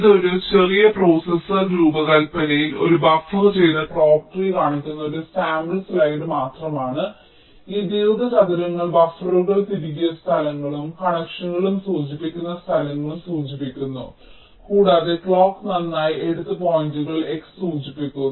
ഇത് ഒരു ചെറിയ പ്രോസസർ രൂപകൽപ്പനയിൽ ഒരു ബഫർ ചെയ്ത ക്ലോക്ക് ട്രീ കാണിക്കുന്ന ഒരു സാമ്പിൾ സ്ലൈഡ് മാത്രമാണ് ഈ ദീർഘചതുരങ്ങൾ ബഫറുകൾ തിരുകിയ സ്ഥലങ്ങളും കണക്ഷനുകൾ സൂചിപ്പിക്കുന്ന സ്ഥലങ്ങളും സൂചിപ്പിക്കുന്നു കൂടാതെ ക്ലോക്ക് നന്നായി എടുത്ത പോയിന്റുകൾ x സൂചിപ്പിക്കുന്നു